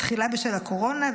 תחילה בשל הקורונה,